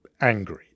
angry